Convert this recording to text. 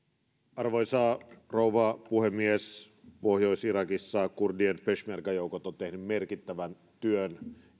arvoisa rouva puhemies pohjois irakissa kurdien peshmerga joukot ovat tehneet merkittävän työn